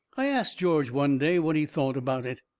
i asts george one day what he thought about it.